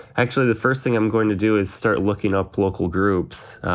actually, the first thing i'm going to do is start looking up local groups.